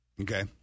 Okay